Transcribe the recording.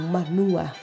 Manua